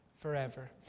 forever